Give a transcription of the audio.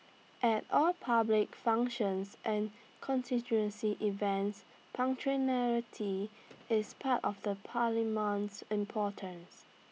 at all public functions and constituency events punctuality is part of the paramount importance